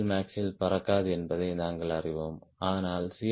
எல்மேக்ஸில் பறக்காது என்பதை நாங்கள் அறிவோம் ஆனால் சி